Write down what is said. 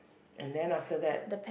and then after that